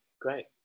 great